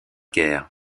guerre